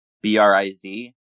B-R-I-Z